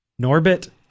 Norbit